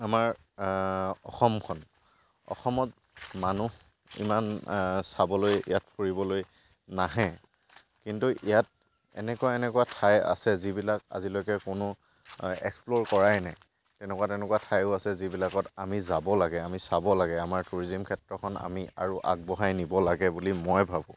আমাৰ অসমখন অসমত মানুহ ইয়াত ইমান চাবলৈ ইয়াত ফুৰিবলৈ নাহে কিন্তু ইয়াত এনেকুৱা এনেকুৱা ঠাই আছে যিবিলাক আজিলৈকে কোনো এক্সপ্লৰ কৰাই নাই তেনেকুৱা তেনেকুৱা ঠাইয়ো আছে যিবিলাকত আমি যাব লাগে আমি চাব লাগে আমাৰ টুৰিজিম ক্ষেত্ৰখন আমি আগবঢ়াই নিব লাগে বুলি মই ভাবোঁ